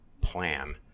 plan